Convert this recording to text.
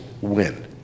win